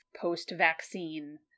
post-vaccine